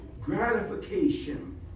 gratification